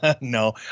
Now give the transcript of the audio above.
No